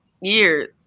years